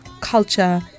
culture